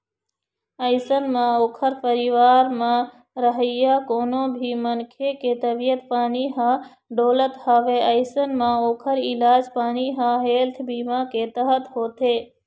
अइसन म ओखर परिवार म रहइया कोनो भी मनखे के तबीयत पानी ह डोलत हवय अइसन म ओखर इलाज पानी ह हेल्थ बीमा के तहत होथे